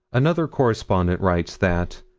another correspondent writes that,